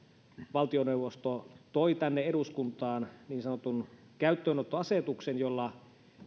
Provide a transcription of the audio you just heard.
valtioneuvosto toi tänne eduskuntaan niin sanotun käyttöönottoasetuksen jolla